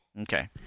Okay